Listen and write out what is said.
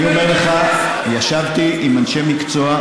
אני אומר לך שישבתי עם אנשי מקצוע,